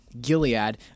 Gilead